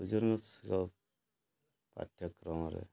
ଓଜନଶୀଳ ପାଠ୍ୟକ୍ରମରେ